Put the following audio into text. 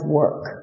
work